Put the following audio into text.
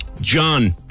John